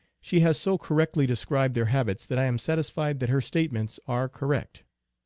she has so correctly de scribed their habits that i am satisfied that her state ments are correct.